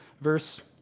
verse